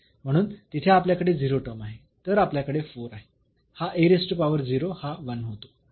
म्हणून तिथे आपल्याकडे 0 टर्म आहे तर आपल्याकडे 4 आहे हा हा 1 होतो